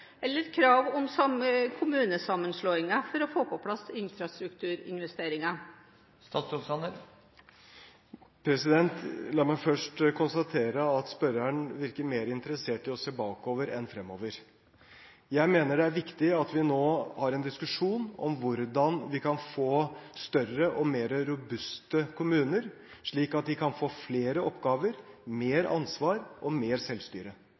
eller krav om kommunesammenslåinger for å få på plass infrastrukturinvesteringer? La meg først konstatere at spørreren virker mer interessert i å se bakover enn fremover. Jeg mener det er viktig at vi nå har en diskusjon om hvordan vi kan få større og mer robuste kommuner, slik at de kan få flere oppgaver, mer ansvar og mer selvstyre.